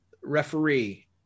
referee